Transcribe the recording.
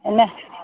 എന്നാ